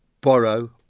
borrow